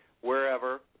wherever